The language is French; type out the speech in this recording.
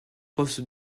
postes